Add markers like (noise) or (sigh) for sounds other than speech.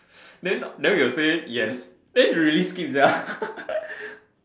then then we will say yes then she really skip sia (laughs)